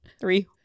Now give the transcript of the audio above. three